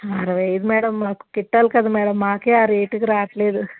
అరవై ఐదు మేడం మాకు గిట్టాలి కదా మేడం మాకే ఆ రేటుకి రాట్లేదు